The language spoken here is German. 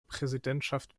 präsidentschaft